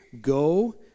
go